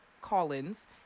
Collins